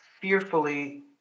fearfully